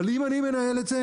אבל אם אני מנהל את זה,